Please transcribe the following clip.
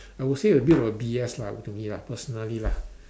I would say a bit of B_S lah to me lah personally lah